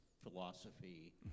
philosophy